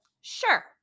sure